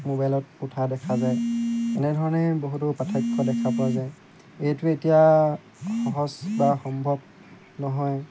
মোবাইলত উঠা দেখা যায় এনেধৰণেই বহুতো পাৰ্থক্য দেখা পোৱা যায় এইটো এতিয়া সহজ বা সম্ভৱ নহয়